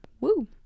woo